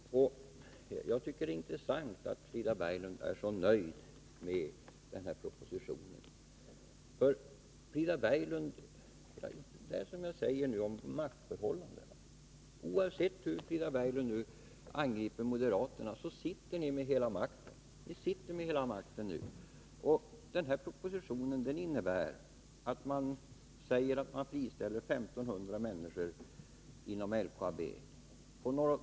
Jag tycker att det är intressant att Frida Berglund är så nöjd med propositionen, för maktförhållandena är sådana som jag säger. Oavsett hur mycket Frida Berglund angriper moderaterna sitter ni med hela makten. Propositionen innebär att man friställer 1500 människor inom LKAB.